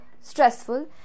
stressful